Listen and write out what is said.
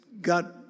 got